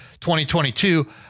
2022